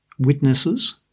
witnesses